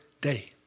day